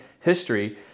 history